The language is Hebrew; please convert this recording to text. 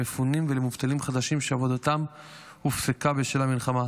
למפונים ולמובטלים חדשים שעבודתם הופסקה בשל המלחמה.